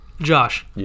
Josh